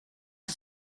het